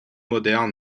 modernes